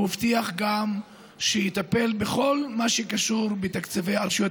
הוא הבטיח שיטפל גם בכל מה שקשור בתקציבי הרשויות